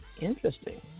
Interesting